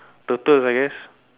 turtles I guess